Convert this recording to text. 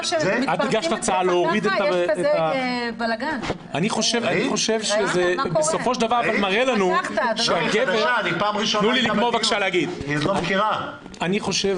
אני חושב שזה בסופו של דבר מראה לנו שבביטוח הלאומי הגבר נחשב